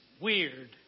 weird